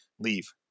leave